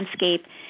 landscape